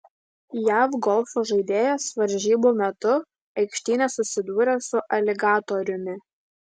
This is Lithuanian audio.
jav golfo žaidėjas varžybų metu aikštyne susidūrė su aligatoriumi